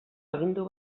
agindu